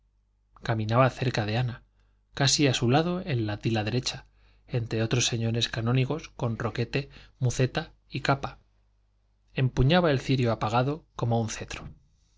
caminaba cerca de ana casi a su lado en la tila derecha entre otros señores canónigos con roquete muceta y capa empuñaba el cirio apagado como un cetro